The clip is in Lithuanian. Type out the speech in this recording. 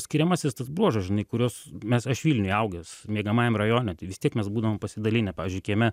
skiriamasis tas bruožas žinai kuriuos mes aš vilniuje augęs miegamajam rajone tai vis tiek mes būdavom pasidalinę pavyzdžiui kieme